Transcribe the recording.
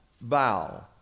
bow